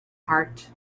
heart